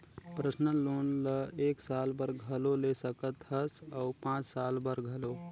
personal loan ल एक साल बर घलो ले सकत हस अउ पाँच साल बर घलो